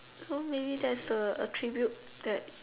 so maybe that's a attribute that